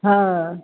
हँ